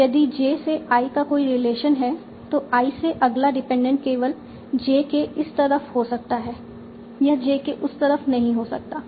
यदि j से i का कोई रिलेशन है तो i से अगला डिपेंडेंट केवल j के इस तरफ हो सकता है यह j के उस तरफ नहीं हो सकता है